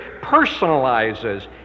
personalizes